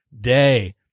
day